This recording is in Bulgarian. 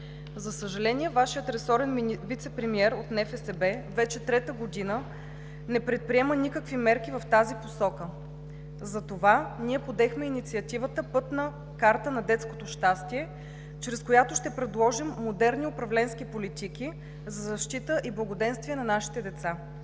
За съжаление, Вашият ресорен вицепремиер от НФСБ вече трета година не предприема никакви мерки в тази посока. Затова ние подехме инициативата „Пътна карта на детското щастие“, чрез която ще предложим модерни управленски политики за защита и благоденствие на нашите деца.